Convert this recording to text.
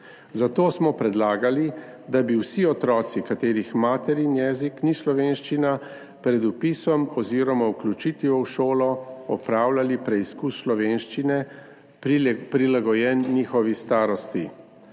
Zato smo predlagali, da bi vsi otroci, katerih materni jezik ni slovenščina, pred vpisom oziroma vključitvijo v šolo opravljali preizkus slovenščine, prilagojen njihovi starosti.